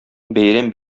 бәйрәм